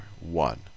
One